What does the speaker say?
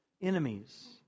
enemies